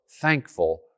thankful